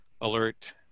alert